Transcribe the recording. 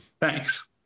thanks